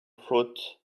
fruit